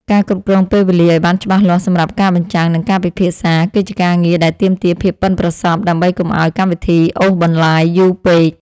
ការគ្រប់គ្រងពេលវេលាឱ្យបានច្បាស់លាស់សម្រាប់ការបញ្ចាំង និងការពិភាក្សា គឺជាការងារដែលទាមទារភាពប៉ិនប្រសប់ ដើម្បីកុំឱ្យកម្មវិធីអូសបន្លាយយូរពេក។